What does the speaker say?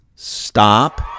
Stop